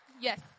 Yes